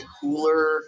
cooler